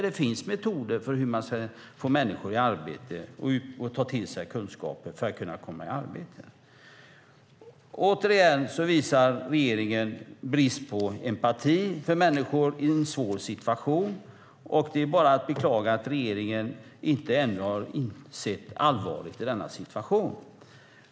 Det finns metoder för att få människor i arbete och få dem att ta till sig kunskaper för att komma i arbete. Återigen visar regeringen brist på empati för människor i en svår situation. Det är bara att beklaga att regeringen ännu inte har insett allvaret i denna situation.